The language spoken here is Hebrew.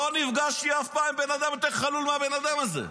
לא נפגשתי אף פעם עם בן אדם יותר חלול מהבן אדם הזה.